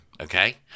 okay